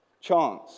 chance